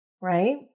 right